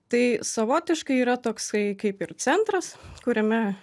tai savotiškai yra toksai kaip ir centras kuriame